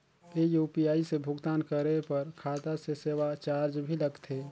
ये यू.पी.आई से भुगतान करे पर खाता से सेवा चार्ज भी लगथे?